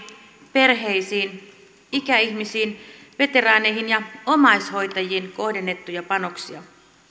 perheisiin ikäihmisiin veteraaneihin ja omaishoitajiin kohdennettuja panoksia